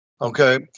Okay